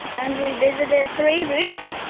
and we visited three rooms.